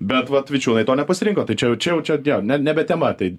bet vat vičiūnai to nepasirinko tai čia jau čia jau dė jo ne nebetema tai